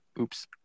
Oops